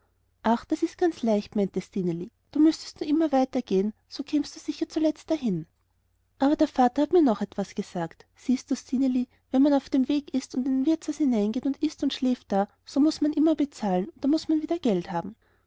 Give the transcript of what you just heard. ach das ist ganz leicht meinte stineli du müßtest nur immer weiter gehen so kämst du sicher zuletzt dahin aber der vater hat mir noch etwas gesagt siehst du stineli wenn man auf dem wege ist und in ein wirtshaus hineingeht und ißt und schläft da so muß man immer bezahlen da muß man wieder geld haben